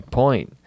point